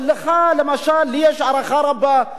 אבל לך למשל יש לי הערכה רבה.